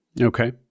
okay